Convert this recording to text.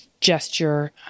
gesture